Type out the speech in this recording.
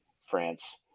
France